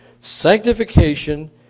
Sanctification